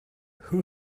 who